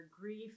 grief